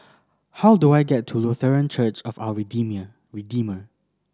how do I get to Lutheran Church of Our Redeemer